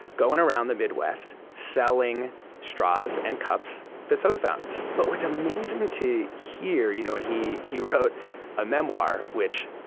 going around the midwest selling straws and cups to soda fountains but what's amazing to hear, you know, and he he wrote a memoir, which,